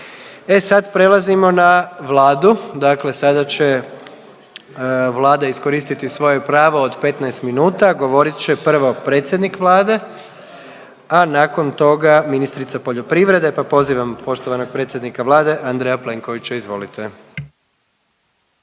E sad prelazimo na Vladu, dakle sada će Vlada iskoristiti svoje pravo od 15 minuta, govorit će prvo predsjednik Vlade, a nakon toga ministrica poljoprivrede, pa pozivam poštovanog predsjednika Vlade Andreja Plenkovića. Izvolite.